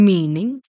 Meaning